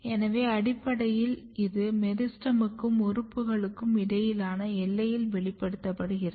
எனவே அடிப்படையில் இது மெரிஸ்டெமுக்கும் உறுப்புகளுக்கும் இடையிலான எல்லையில் வெளிப்படுத்தப்படுகிறது